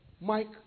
Mike